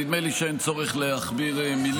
נדמה לי שאין צורך להכביר מילים,